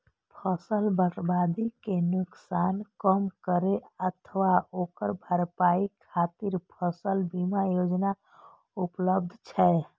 फसल बर्बादी के नुकसान कम करै अथवा ओकर भरपाई खातिर फसल बीमा योजना उपलब्ध छै